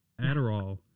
Adderall